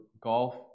Golf